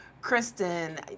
Kristen